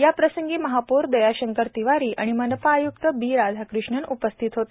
याप्रसंगी महापौर दयाशंकर तिवारी आणि मनपा आय्क्त बी राधाकृष्णन उपस्थित होते